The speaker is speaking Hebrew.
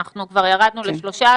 אנחנו כבר ירדנו ל-13,000.